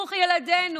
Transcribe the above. חינוך ילדינו,